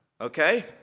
Okay